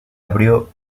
abrió